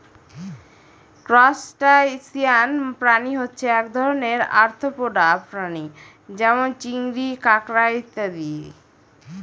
crustacean প্রাণী হচ্ছে এক ধরনের আর্থ্রোপোডা প্রাণী যেমন চিংড়ি, কাঁকড়া ইত্যাদি